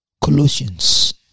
Colossians